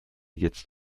jetzt